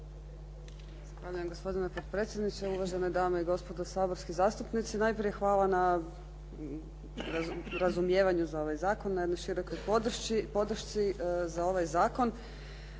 Hvala, gospodine potpredsjedniče. Uvažene dame i gospodo saborski zastupnici. Najprije hvala na razumijevanju za ovaj zakon, na jednoj širokoj podršci za ovaj zakon.